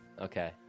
okay